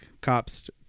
cops